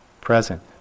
present